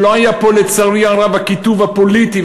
אם לא היה פה לצערי הרב הכיתוב הפוליטי,